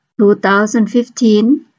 2015